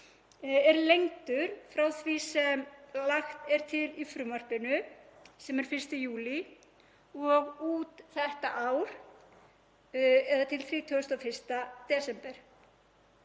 sé lengdur frá því sem lagt er til í frumvarpinu, sem er 1. júlí, og út þetta ár eða til 31. desember.